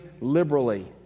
liberally